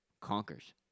conquers